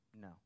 No